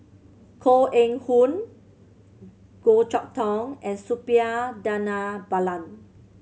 Koh Eng Hoon Goh Chok Tong and Suppiah Dhanabalan